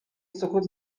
سکوت